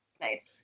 Nice